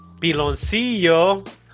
Piloncillo